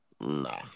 Nah